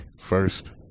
first